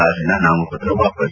ರಾಜಣ್ಣ ನಾಮಪತ್ರ ವಾಪಸ್